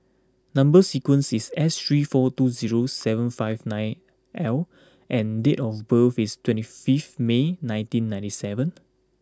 number sequence is S three four two zero seven five nine L and date of birth is twenty fifth May nineteen ninety seven